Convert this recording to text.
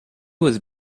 was